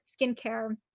skincare